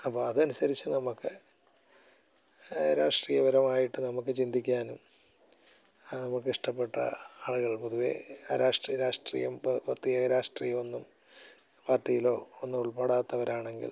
അപ്പം അതനുസരിച്ച് നമുക്ക് രാഷ്ട്രീയപരമായിട്ട് നമുക്ക് ചിന്തിക്കാനും നമുക്കിഷ്ടപ്പെട്ട ആളുകൾ പൊതുവെ രാഷ്ട്രീയ രാഷ്ട്രീയം പ്രത്യേക രാഷ്ട്രീയമൊന്നും പാർട്ടിയിലോ ഒന്നും ഉൾപ്പെടാത്തവരാണെങ്കിൽ